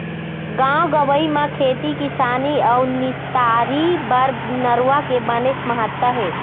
गाँव गंवई म खेती किसानी अउ निस्तारी बर नरूवा के बनेच महत्ता हे